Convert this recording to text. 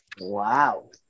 Wow